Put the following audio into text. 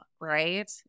right